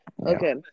Okay